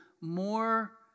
more